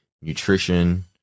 nutrition